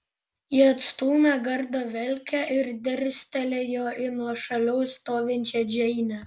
ji atstūmė gardo velkę ir dirstelėjo į nuošaliau stovinčią džeinę